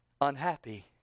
unhappy